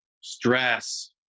stress